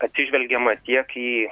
atsižvelgiama tiek į